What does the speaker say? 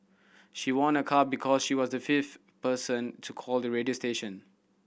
she won a car because she was the fifth person to call the radio station